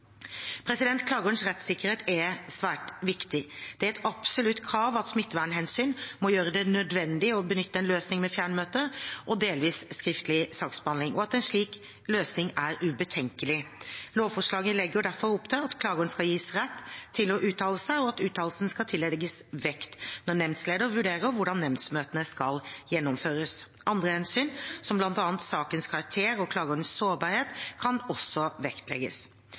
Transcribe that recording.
Klagerens rettssikkerhet er svært viktig. Det er et absolutt krav at smittevernhensyn må gjøre det nødvendig å benytte en løsning med fjernmøte og delvis skriftlig saksbehandling, og at en slik løsning er ubetenkelig. Lovforslaget legger derfor opp til at klageren skal gis rett til å uttale seg, og at uttalelsen skal tillegges vekt når nemndleder vurderer hvordan nemndsmøtene skal gjennomføres. Andre hensyn, som bl.a. sakens karakter og klagerens sårbarhet, kan også vektlegges.